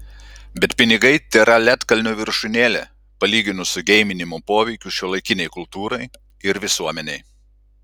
bet pinigai tėra ledkalnio viršūnėlė palyginus su geiminimo poveikiu šiuolaikinei kultūrai ir visuomenei